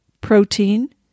protein